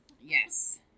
Yes